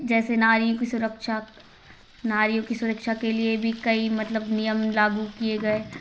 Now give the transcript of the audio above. जैसे नारियों की सुरक्षा नारियों की सुरक्षा के लिए भी कई मतलब नियम लागू किये गये